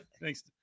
Thanks